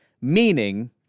meaning